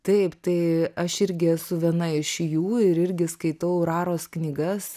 taip tai aš irgi esu viena iš jų ir irgi skaitau raros knygas